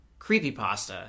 creepypasta